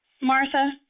Martha